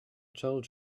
told